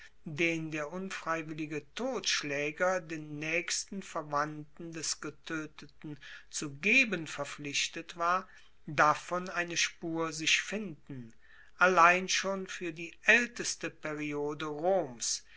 den der unfreiwillige totschlaeger den naechsten verwandten des getoeteten zu geben verpflichtet war davon eine spur sich finden allein schon fuer die aelteste periode roms